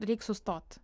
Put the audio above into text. reik sustot